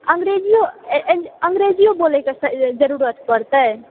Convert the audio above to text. अंग्रेजियो अंग्रेजियो बोलके जरूरत पड़तै